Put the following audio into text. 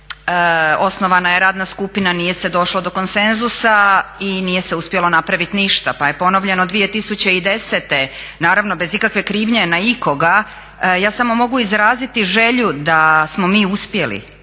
osnovana je radna skupina, nije se došlo do konsenzusa i nije se uspjelo napraviti ništa, pa je ponovljeno 2010.naravno bez ikakve krivnje na ikoga. Ja samo mogu izraziti želju da smo mi uspjeli